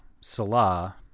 Salah